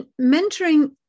Mentoring